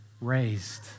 raised